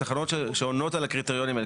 התחנות שעונות על הקריטריונים האלה,